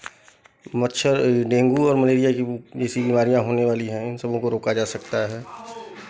मच्छर डेंगू और मलेरिया जैसी बीमारियाँ होने वाली है इन सबों को रोका जा सकता है